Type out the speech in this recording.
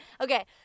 Okay